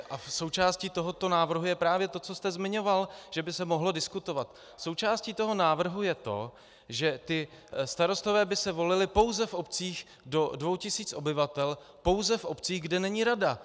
A součástí tohoto návrhu je právě to, co jste zmiňoval, že by se mohlo diskutovat, součástí toho návrhu je to, že starostové by se volili pouze v obcích do 2000 obyvatel, pouze v obcích, kde není rada.